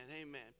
amen